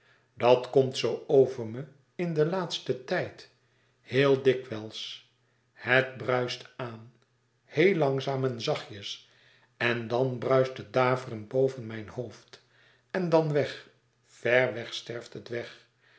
dat komt zoo over me in den laatsten tijd heel dikwijls het bruist aan heel langzaam en zachtjes en dan bruist het daverend boven mijn hoofd en dan weg ver weg sterft het weg